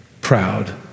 proud